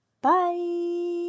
Bye